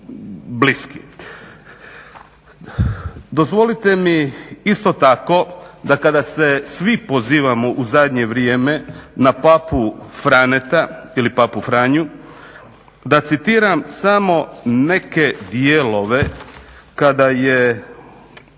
bliski. Dozvolite mi isto tako da kada se svi pozivamo u zadnje vrijeme na Papu Franeta ili Papu Franju da citiram samo neke dijelove kada je